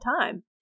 time